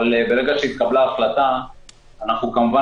אבל ברגע שהתקבלה החלטה אנחנו כמובן